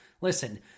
Listen